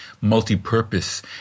multi-purpose